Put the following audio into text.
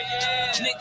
nigga